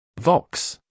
Vox